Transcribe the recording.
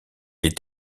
est